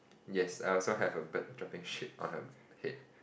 yes I also have a bird dropping shit on her head